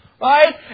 right